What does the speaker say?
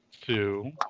two